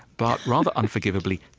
but rather unforgivably,